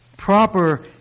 Proper